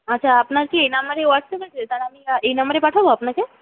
আচ্ছা আপনার কি এই নম্বরেই হোয়াটসঅ্যাপ আছে তাহলে আমি এই নম্বরে পাঠাবো আপনাকে